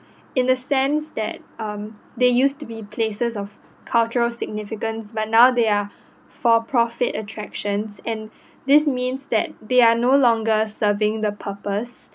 in the sense that um they used to be places of cultural significance but now they are for profit attraction and this means that they are no longer serving the purpose